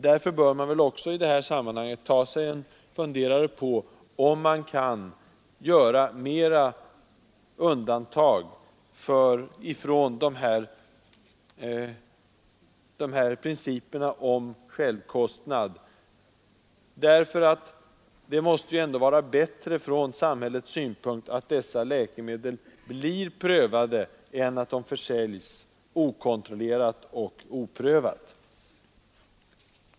Därför bör man ta sig en funderare på om man kan göra flera undantag från principerna om självkostnad. Det måste ändå från samhällets synpunkt vara bättre att dessa läkemedel blir prövade än att de försäljs okontrollerade och oprövade.